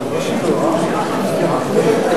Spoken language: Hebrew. (הישיבה נפסקה בשעה